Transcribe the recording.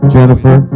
Jennifer